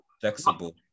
flexible